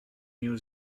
new